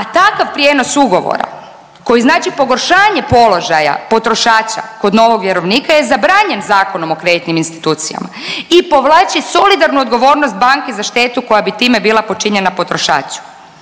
a takav prijenos ugovora koji znači pogoršanje položaja potrošača kod novog vjerovnika je zabranjen Zakonom o kreditnim institucijama i povlači solidarnu odgovornost banke za štetu koja bi time bila počinjena potrošaču,